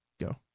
Go